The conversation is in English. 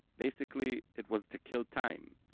basically, it was to kill time.